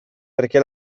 perché